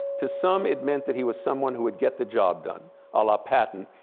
to some, it meant that he was someone who would get the job done a la patton,